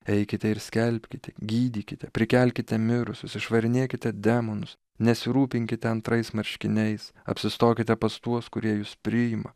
eikite ir skelbkite gydykite prikelkite mirusius išvarinėkite demonus nesirūpinkite antrais marškiniais apsistokite pas tuos kurie jus priima